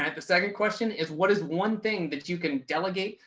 um the second question is, what is one thing that you can delegate,